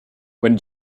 when